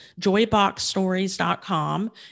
joyboxstories.com